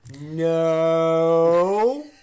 No